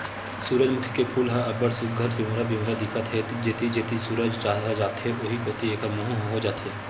सूरजमूखी के फूल ह अब्ब्ड़ सुग्घर पिंवरा पिंवरा दिखत हे, जेती जेती सूरज ह जाथे उहीं कोती एखरो मूँह ह हो जाथे